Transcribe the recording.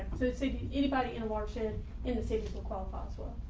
see anybody in washington in the same physical qualified swan.